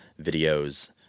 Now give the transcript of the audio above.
videos